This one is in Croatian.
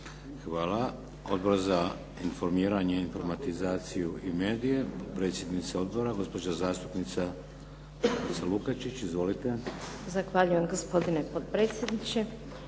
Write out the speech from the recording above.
Hvala. Odbor za informiranje, informatizaciju i medije, potpredsjednica odbora gospođa zastupnica Ljubica Lukačić. Izvolite. **Lukačić, Ljubica (HDZ)** Zahvaljujem gospodine potpredsjedniče.